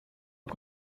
aux